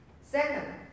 Second